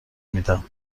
میدم